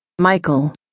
Michael